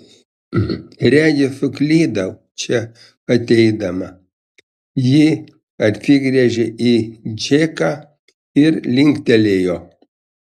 regis suklydau čia ateidama ji atsigręžė į džeką ir linktelėjo